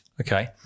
Okay